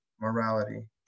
morality